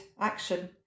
action